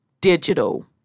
digital